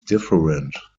different